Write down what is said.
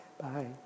Bye